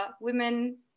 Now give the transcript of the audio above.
women